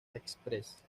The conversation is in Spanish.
express